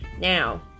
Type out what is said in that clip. Now